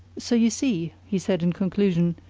so you see, he said in conclusion,